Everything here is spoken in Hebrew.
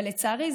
אבל לצערי,